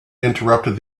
interrupted